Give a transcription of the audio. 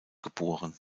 geboren